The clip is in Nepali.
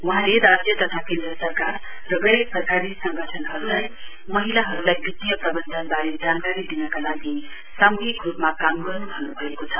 वहाँले राज्य तथा केन्द्र सरकार र गैर सरकारी संगठनहरूलाई महिलाहरूलाई वित्तीय प्रबन्धनबारे जानकारी दिनका लागि सामूहिक रूपमा काम गर्न् भन्नुभएको छ